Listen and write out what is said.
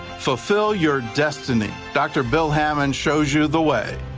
fulfill your destiny. dr. bill hamon shows you the way.